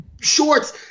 shorts